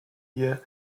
ihr